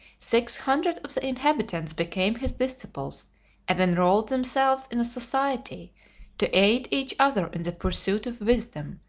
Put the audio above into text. six hundred of the inhabitants became his disciples and enrolled themselves in a society to aid each other in the pursuit of wisdom,